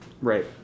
Right